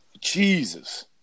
Jesus